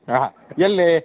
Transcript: ಹಾಂ ಎಲ್ಲಿ